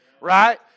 right